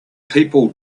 people